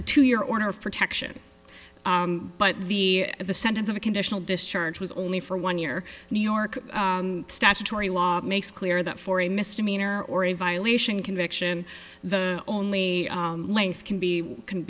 a two year order of protection but the the sentence of a conditional discharge was only for one year new york statutory law makes clear that for a misdemeanor or a violation conviction the only length can be can